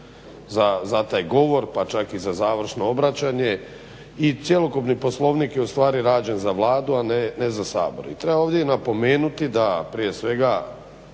za taj govor pa čak i za završno obraćanje i cjelokupni Poslovnik je ustvari rađen za Vladu, a ne za Sabor. I treba ovdje napomenuti da prije svega